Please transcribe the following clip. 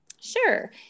Sure